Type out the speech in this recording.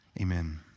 amen